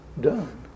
done